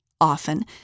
often